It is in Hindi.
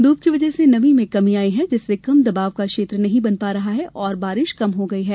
धूप की वजह से नमी में कमी आयी है जिससे कम दबाब का क्षेत्र नहीं बन पा रहा है और बारिश कम हो गई है